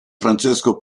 francesco